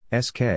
SK